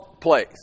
place